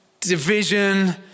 division